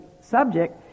subject